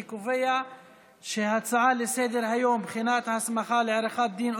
אני קובע שההצעה לסדר-היום: בחינת ההסמכה לעריכת דין,